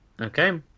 Okay